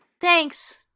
Thanks